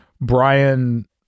brian